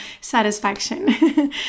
satisfaction